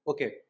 Okay